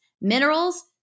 minerals